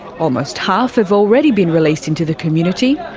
almost half have already been released into the community.